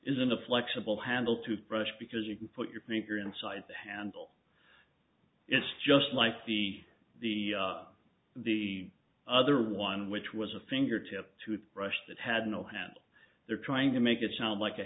isn't a flexible handle toothbrush because you can put your finger inside the handle it's just like the the the other one which was a fingertip tooth brush that had no handle they're trying to make it sound like a